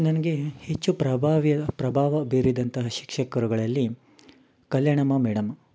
ನನಗೆ ಹೆಚ್ಚು ಪ್ರಭಾವಿ ಪ್ರಭಾವ ಬೀರಿದಂಥ ಶಿಕ್ಷಕರುಗಳಲ್ಲಿ ಕಲ್ಯಾಣಮ್ಮ ಮೇಡಮ್